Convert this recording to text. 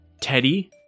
Teddy